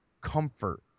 comfort